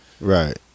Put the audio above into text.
Right